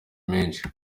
menshi